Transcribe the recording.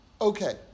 Okay